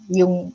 yung